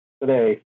today